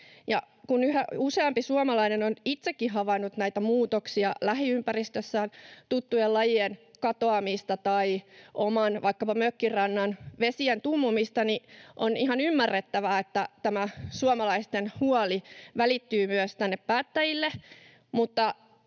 Kun yhä useampi suomalainen on itsekin havainnut näitä muutoksia lähiympäristössään, tuttujen lajien katoamista tai vaikkapa oman mökkirannan vesien tummumista, on ihan ymmärrettävää, että tämä suomalaisten huoli välittyy myös tänne päättäjille.